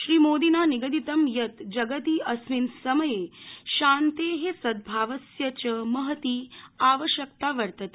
श्रीमोदिना निगदितं यत् जगति अस्मिन् समये शान्ते सन्द्रावस्य च महती आवश्यकता वर्तते